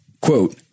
Quote